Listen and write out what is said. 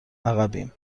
عقبیم